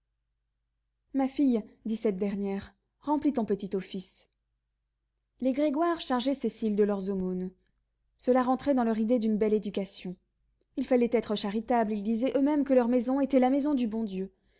ma fille dit cette dernière remplis ton petit office les grégoire chargeaient cécile de leurs aumônes cela rentrait dans leur idée d'une belle éducation il fallait être charitable ils disaient eux-mêmes que leur maison était la maison du bon dieu